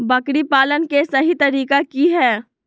बकरी पालन के सही तरीका की हय?